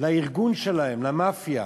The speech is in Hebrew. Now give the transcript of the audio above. לארגון שלהם, למאפיה.